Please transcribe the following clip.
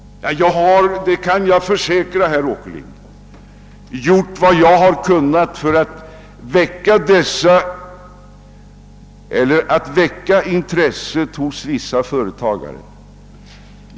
Jag har — det kan jag försäkra herr Åkerlind — gjort vad jag har kunnat för att väcka intresset härför hos vissa företagare.